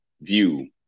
view